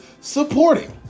supporting